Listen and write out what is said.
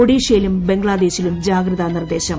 ഒഡീഷയിലും ബംഗ്ലാദേശിലും ജാഗ്രതാ നിർദ്ദേശം